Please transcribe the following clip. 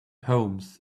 homes